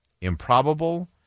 improbable